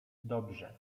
dobrze